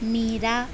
Meera